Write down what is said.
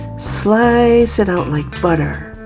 slice it out like butter,